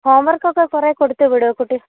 homework ഒക്കെ കുറേ കൊടുത്ത് വിടോ കുട്ടി